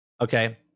Okay